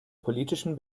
politischen